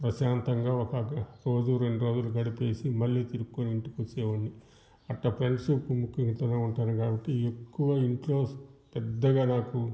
ప్రశాంతంగా ఒక కూల్ రెండు రోజులు గడిపేసి మళ్ళీ తిరుక్కోని ఇంటికి వచ్చేవాడిని అట్టా ఫ్రెండ్షిప్ ముఖ్యంతోనే ఉంటాను కాబట్టి ఇంకా ఎక్కువ ఇంట్లో పెద్దగా నాకు